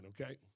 okay